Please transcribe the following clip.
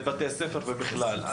בבתי הספר ובכלל.